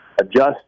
adjust